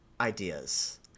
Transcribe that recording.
Ideas